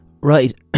right